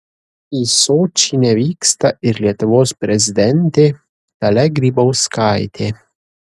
į sočį nevyksta ir lietuvos prezidentė dalia grybauskaitė